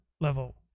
level